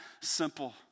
simple